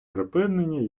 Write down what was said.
припинення